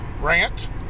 rant